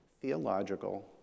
theological